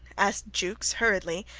asked jukes, hurriedly,